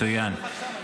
מצוין.